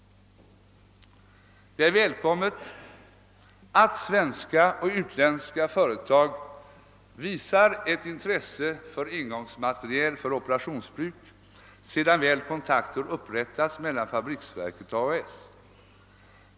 Det är välkommet att svenska och utländska företag visar ett intresse för engångsmateriel för operationsbruk sedan kontakter väl upprättats mellan fabriksverken och AHS.